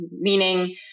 meaning